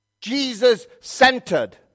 Jesus-centered